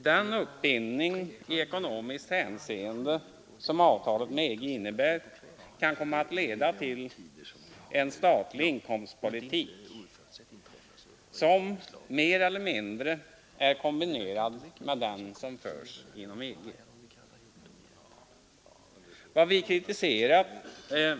Den uppbindning i ekonomiskt hänseende som avtalet med EG innebär kan komma att leda till en statlig inkomstpolitik som mer eller mindre är kombinerad med den som förs av EG.